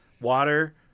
water